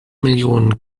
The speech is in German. millionen